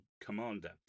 Commander